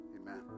Amen